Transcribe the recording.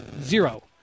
zero